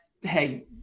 hey